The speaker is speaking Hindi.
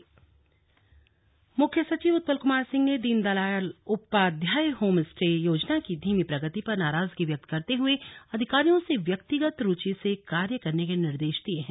राज्य स्तरीय बैंकर्स समिति बैठक मुख्य सचिव उत्पल कुमार सिंह ने दीन दयाल उपाध्याय होम स्टे योजना की धीमी प्रगति पर नाराजगी व्यक्त करते हुए अधिकारियों से व्यक्तिगत रूचि से कार्य करने के निर्देश दिये है